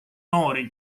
noori